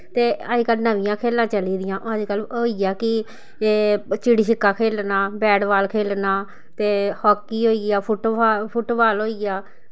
ते अजकल्ल नमियां खेल्लां चली दियां अजकल्ल होई गेआ कि एह् चिड़ी छिक्का खेलना बैट बाल खेलना ते हाकी होई गेआ फुट्टबाल फुट्टबाल होई गेआ